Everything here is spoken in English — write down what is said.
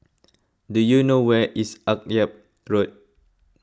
do you know where is Akyab Road